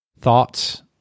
thoughts